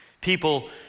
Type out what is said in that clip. People